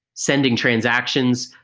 sending transactions,